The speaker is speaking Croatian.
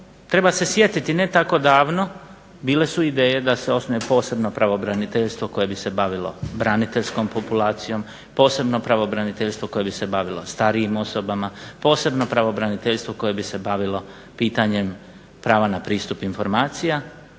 treba se sjetiti ne tako davno bile su ideje da se osnuje posebno pravobraniteljstvo koje bi se bavilo braniteljskom populacijom, posebno pravobraniteljstvo koje bi se bavilo starijim osobama, posebno pravobraniteljstvo koje bi se bavilo pitanjem prava na pristup informacija